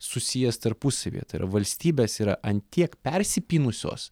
susijęs tarpusavyje tai yra valstybės yra ant tiek persipynusios